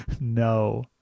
no